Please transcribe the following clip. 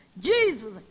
Jesus